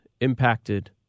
impacted